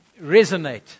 resonate